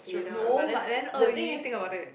no but then Er-Yi think about it